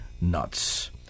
nuts